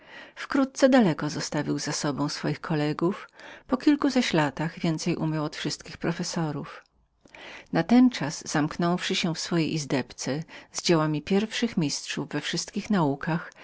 wkrótce daleko zostawił za sobą swoich spółzawodników w kilku zaś latach więcej umiał od wszystkich professorów natenczas zamknąwszy się w swojej izdebce z dziełami pierwszych mistrzów we wszystkich naukach